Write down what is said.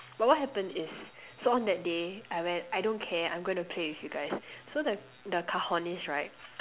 but what happen is so on that day I went I don't care I'm going to play with you guys so the the cajonist right